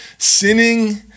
Sinning